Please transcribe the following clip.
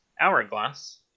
hourglass